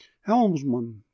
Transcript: Helmsman